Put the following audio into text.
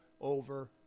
over